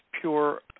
pure